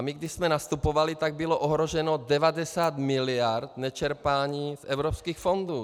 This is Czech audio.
My když jsme nastupovali, tak bylo ohroženo 90 mld. nečerpání evropských fondů.